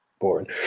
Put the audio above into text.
boring